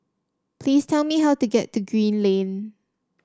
please tell me how to get to Green Lane